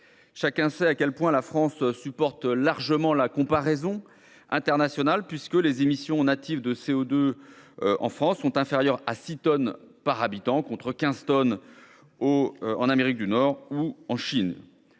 Chacun sait à quel point la France supporte largement la comparaison internationale en la matière, puisque les émissions natives de CO2 en France sont inférieures à six tonnes par habitant, contre quinze tonnes en Amérique du Nord ou en Chine.